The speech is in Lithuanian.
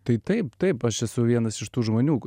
tai taip taip aš esu vienas iš tų žmonių